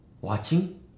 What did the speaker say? Watching